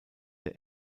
der